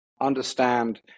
understand